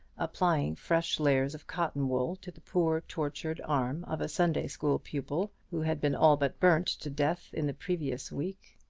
applying fresh layers of cotton wool to the poor tortured arm of a sunday-school pupil, who had been all but burnt to death in the previous week.